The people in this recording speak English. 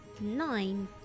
Nine